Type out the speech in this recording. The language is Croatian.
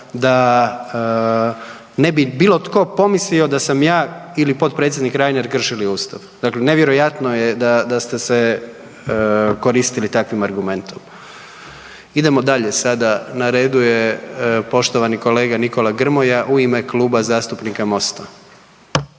da ne bi bilo tko pomislio da sam ja ili potpredsjednik Reiner kršili ustav. Dakle, nevjerojatno je da, da ste se koristili takvim argumentom. Idemo dalje sada, na redu je poštovani kolega Nikola Grmoja u ime Kluba zastupnika MOST-a.